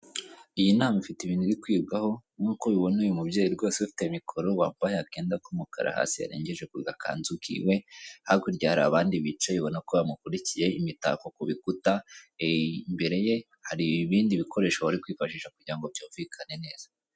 Iyi nama ifite ibintu biri kwibwaho nkuko bibona uyu mubyeyi rwose ufite mikoro wambaye akenda k'umukara hasi yarengeje ku gakanzukiwe hakurya hari abandi bicaye ubona ko bamukurikiye, imitako ku bikuta imbere ye hari ibindi bikoresho bari kwifashisha kugira ngo byumvikane neza.